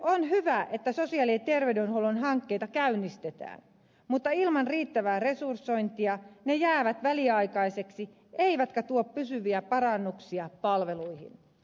on hyvä että sosiaali ja terveydenhuollon hankkeita käynnistetään mutta ilman riittävää resursointia ne jäävät väliaikaisiksi eivätkä tuo pysyviä parannuksia palveluihin